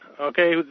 okay